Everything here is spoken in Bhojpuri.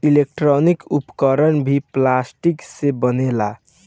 इलेक्ट्रानिक उपकरण भी प्लास्टिक से बनेला